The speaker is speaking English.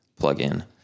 plugin